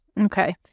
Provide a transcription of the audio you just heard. Okay